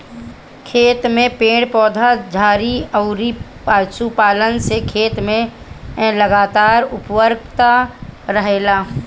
खेत में पेड़ पौधा, झाड़ी अउरी पशुपालन से खेत में लगातार उर्वरता रहेला